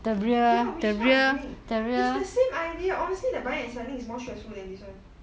ya which is what I'm doing it's the same idea honestly the buying and selling is more stressful than this [one]